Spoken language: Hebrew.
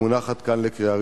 המונחת כאן לקריאה ראשונה.